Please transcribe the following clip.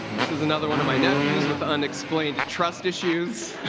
this is another one of my nephews with unexplained trust issues.